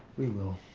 we will.